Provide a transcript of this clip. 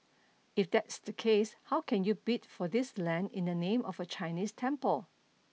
if that's the case how can you bid for this land in the name of a Chinese temple